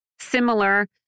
similar